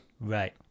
right